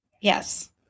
Yes